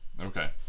Okay